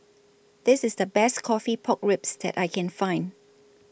This IS The Best Coffee Pork Ribs that I Can Find